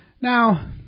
Now